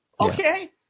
Okay